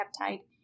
peptide